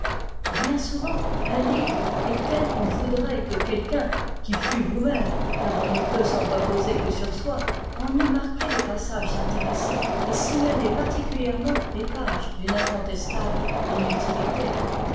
bien souvent un livre est tel qu'on voudrait que quelqu'un qui fût vous-même car on ne peut s'en reposer que sur soi en eût marqué les passages intéressants et signalé particulièrement les pages d'une incontestable